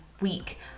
week